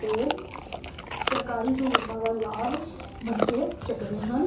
ਤੇ ਸਰਕਾਰੀ ਸਹੂਲਤਾਂ ਦਾ ਲਾਭ ਬੱਚੇ ਚੱਕਦੇ ਹਨ